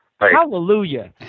Hallelujah